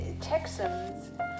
Texans